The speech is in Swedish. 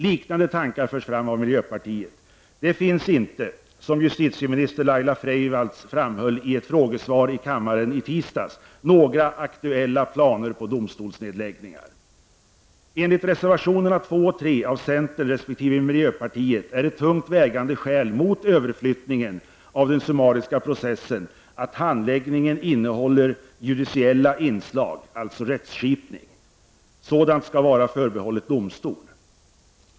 Liknande tankar förs fram av miljöpartiet. Det finns inte, som justitieminister Laila Freivalds framhöll i ett frågesvar i kammaren i tisdags, några aktuella planer på domstolsnedläggningar. Enligt reservationerna 2 och 3 av centern resp. miljöpartiet är ett tungt vägande skäl mot överflyttningen av den summariska processen att handläggningen innehåller judiciella inslag, alltså rättsskipning. Sådant skall vara förbehållet domstol.